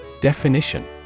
Definition